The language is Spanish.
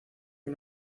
que